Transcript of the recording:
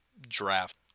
draft